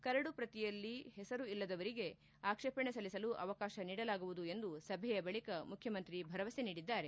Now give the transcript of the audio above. curd ಶ್ರತಿಯಲ್ಲಿ ಹೆಸರು ಇಲ್ಲದವರಿಗೆ ಆಕ್ಷೇಪಣೆ ಸಲ್ಲಿಸಲು ಅವಕಾಶ ನೀಡಲಾಗುವುದು ಎಂದು ಸಭೆಯ ಬಳಿಕ ಮುಖ್ಯಮಂತ್ರಿ ಭರವಸೆ ನೀಡಿದ್ದಾರೆ